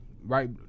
Right